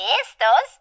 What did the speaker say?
estos